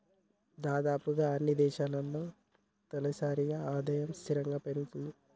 దాదాపుగా అన్నీ దేశాల్లో తలసరి ఆదాయము స్థిరంగా పెరుగుతది